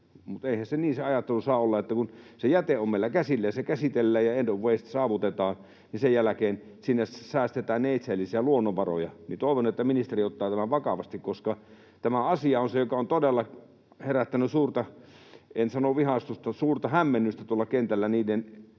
niin eihän se ajattelu niin saa olla. Kun se jäte on meillä käsillä ja se käsitellään ja end of waste saavutetaan, niin sen jälkeen säästetään neitseellisiä luonnonvaroja. Toivon, että ministeri ottaa tämän vakavasti, koska tämä asia on se, joka on todella herättänyt suurta — en sano vihastusta — hämmennystä kentällä